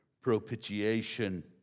propitiation